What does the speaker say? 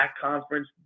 conference